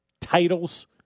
titles